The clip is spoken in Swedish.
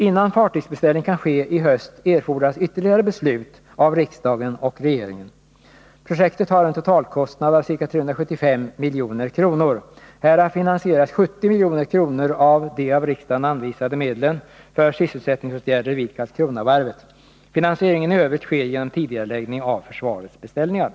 Innan fartygsbeställning kan ske i höst, erfordras ytterligare beslut av riksdagen och regeringen. Projektet har en totalkostnad av ca 375 milj.kr. Härav finansieras 70 milj.kr. av de av riksdagen anvisade medlen för sysselsättningsåtgärder vid Karlskronavarvet. Finansieringen i övrigt sker genom tidigareläggning av försvarets beställningar.